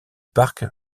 parc